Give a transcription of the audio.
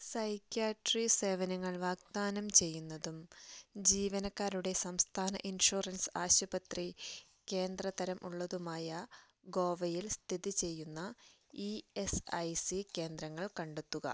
psychiatry സേവനങ്ങൾ വാഗ്ദാനം ചെയ്യുന്നതും ജീവനക്കാരുടെ സംസ്ഥാന ഇൻഷുറൻസ് ആശുപത്രി കേന്ദ്രതരം ഉള്ളതുമായ ഗോവയിൽ സ്ഥിതി ചെയ്യുന്ന ഇ എസ് ഐ സി കേന്ദ്രങ്ങൾ കണ്ടെത്തുക